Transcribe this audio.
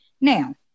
Now